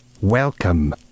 Welcome